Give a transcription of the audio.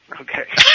Okay